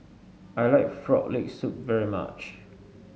I like Frog Leg Soup very much